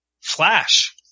Flash